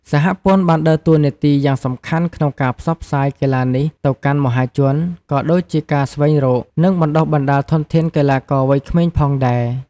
សហព័ន្ធបានដើរតួនាទីយ៉ាងសំខាន់ក្នុងការផ្សព្វផ្សាយកីឡានេះទៅកាន់មហាជន ក៏ដូចជាការស្វែងរក និងបណ្ដុះបណ្ដាលធនធានកីឡាករវ័យក្មេងផងដែរ។